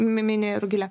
mi mini rugilė